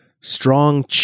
strong